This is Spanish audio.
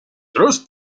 tres